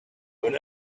could